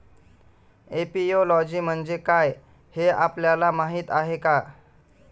Apiology म्हणजे काय, हे आपल्याला माहीत आहे का?